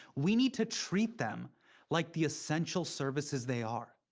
we need to treat them like the essential services they are.